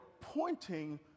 pointing